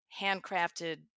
handcrafted